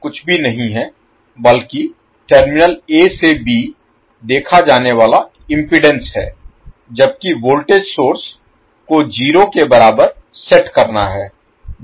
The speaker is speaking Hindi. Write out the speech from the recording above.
कुछ भी नहीं है बल्कि टर्मिनल a से b देखा जाने वाला इम्पीडेन्स है जबकि वोल्टेज सोर्स को 0 के बराबर सेट करना है